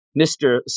Mr